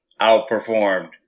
outperformed